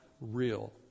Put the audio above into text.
real